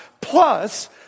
plus